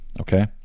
Okay